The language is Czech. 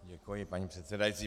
Děkuji, paní předsedající.